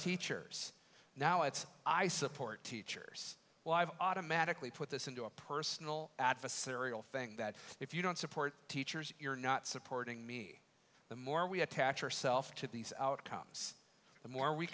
teachers now it's i support teachers live automatically put this into a personal adversarial thing that if you don't support teachers you're not supporting me the more we attach yourself to these outcomes the more we